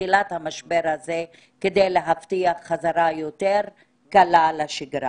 מתחילת המשבר הזה כדי להבטיח חזרה יותר קלה לשגרה.